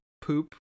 poop